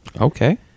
Okay